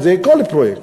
אם זה כל פרויקט,